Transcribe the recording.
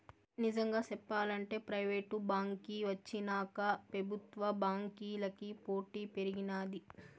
నిజంగా సెప్పాలంటే ప్రైవేటు బాంకీ వచ్చినాక పెబుత్వ బాంకీలకి పోటీ పెరిగినాది